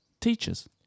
teachers